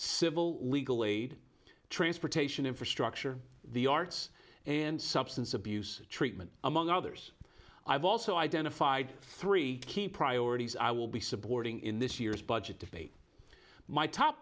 civil legal aid transportation infrastructure the arts and substance abuse treatment among others i've also identified three key priorities i will be supporting in this year's budget debate my top